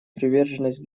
приверженность